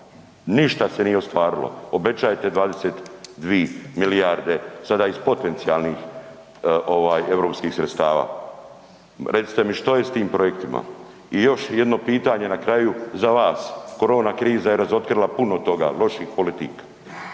ništa se nije ostvarilo, obećajete 22 milijarde sada iz potencijalnih europskih sredstava. Recite mi, što je s tim projektima. I još jedno pitanje na kraju za vas. Korona kriza je razotkrila puno toga, loših politika,